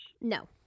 No